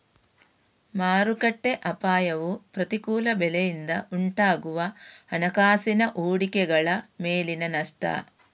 ಮಾರುಕಟ್ಟೆ ಅಪಾಯವು ಪ್ರತಿಕೂಲ ಬೆಲೆಯಿಂದ ಉಂಟಾಗುವ ಹಣಕಾಸಿನ ಹೂಡಿಕೆಗಳ ಮೇಲಿನ ನಷ್ಟ